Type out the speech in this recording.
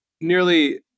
nearly